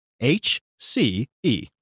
h-c-e